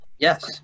Yes